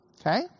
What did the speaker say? Okay